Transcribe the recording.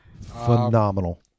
Phenomenal